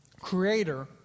creator